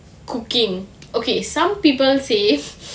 cooking okay some people say